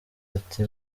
ati